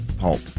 halt